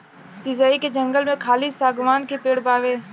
शीशइ के जंगल में खाली शागवान के पेड़ बावे